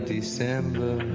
December